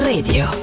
Radio